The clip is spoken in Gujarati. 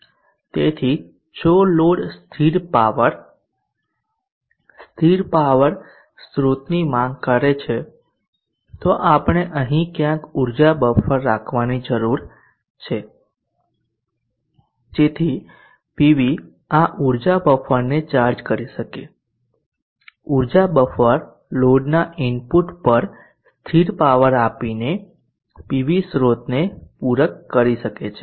તેથી જો લોડ સ્થિર પાવર સ્થિર પાવર સ્રોતની માંગ કરે છે તો આપણે અહીં ક્યાંક ઊર્જા બફર રાખવાની જરૂર છે જેથી પીવી આ ઊર્જા બફરને ચાર્જ કરી શકે ઉર્જા બફર લોડના ઇનપુટ પર સ્થિર પાવર આપીને પીવી સ્રોતને પુરક કરી શકે છે